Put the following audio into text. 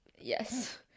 yes